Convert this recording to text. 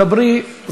תדברי.